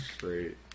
great